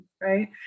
right